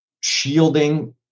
Shielding